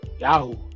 Yahoo